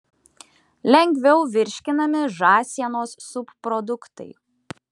lengviau virškinami žąsienos subproduktai